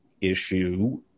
issue